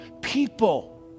People